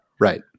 Right